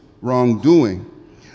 wrongdoing